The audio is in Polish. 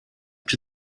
czy